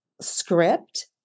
script